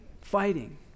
fighting